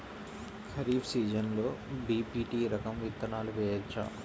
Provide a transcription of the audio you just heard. ఖరీఫ్ సీజన్లో బి.పీ.టీ రకం విత్తనాలు వేయవచ్చా?